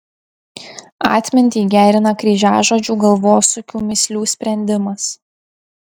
atmintį gerina kryžiažodžių galvosūkių mįslių sprendimas